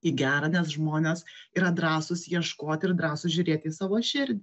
į gera nes žmonės yra drąsūs ieškot ir drąsūs žiūrėt į savo širdį